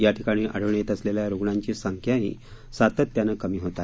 याठिकाणी आढळून येत असलेल्या रुग्णांची संख्याही सातत्याने कमी होते आहे